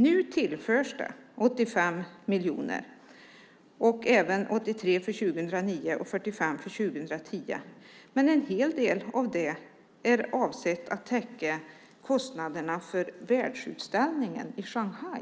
Nu tillförs 85 miljoner och även 83 miljoner för 2009 och 45 miljoner för 2010. Men en del av det är avsett att täcka kostnaderna för världsutställningen i Shanghai